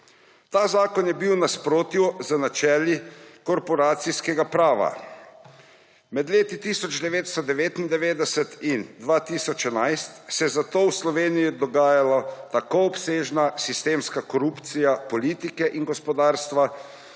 Ta zakon je bil v nasprotju z načeli korporacijskega prava. Med letoma 1999 in 2011 se je zato v Sloveniji dogajala tako obsežna sistemska korupcija politike in gospodarstva,